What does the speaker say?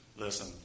Listen